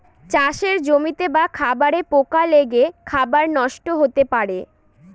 চাষের জমিতে বা খাবারে পোকা লেগে খাবার নষ্ট হতে পারে